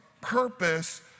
purpose